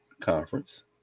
Conference